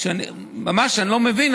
אני ממש לא מבין,